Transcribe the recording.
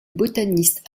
botaniste